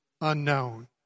unknown